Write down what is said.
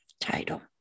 title